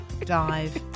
dive